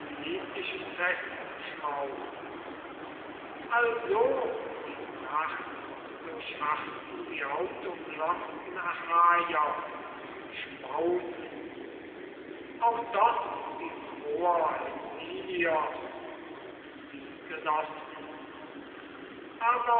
wechselgespräch miteinander also die nacht durchharrten die hauptumlockten achaier schmausend auch dort die troer in ilios und die genossen